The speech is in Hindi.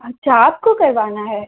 अच्छा आपको करवाना है